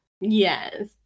Yes